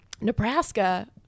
nebraska